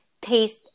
taste